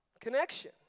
Connection